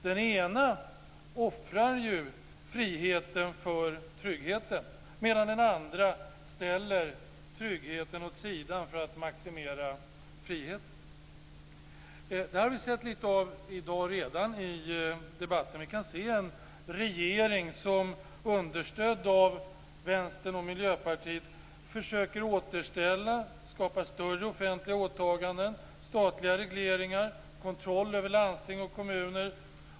Den ena offrar ju friheten för tryggheten, medan den andra ställer tryggheten åt sidan för att maximera friheten. Detta har vi redan sett lite av i debatten i dag. Vi kan se en regering som understödd av Vänstern och Miljöpartiet försöker återställa, skapa större offentliga åtaganden, statliga regleringar, kontroll över landsting och kommuner.